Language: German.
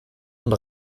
und